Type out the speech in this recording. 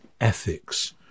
ethics